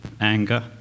anger